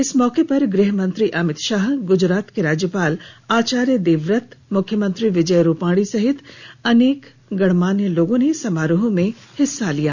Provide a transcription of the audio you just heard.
इस मौके पर गृहमंत्री अमित शाह गुजरात के राज्यपाल आचार्य देवव्रत मुख्यतमंत्री विजय रूपाणी सहित अनेक गण मान्य लोगों ने समारोह में हिस्सा लिया